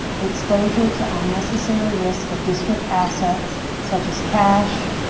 exposure to unnecessary risk of district assets, such as cash,